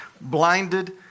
blinded